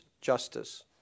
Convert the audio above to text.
justice